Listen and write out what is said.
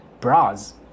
bras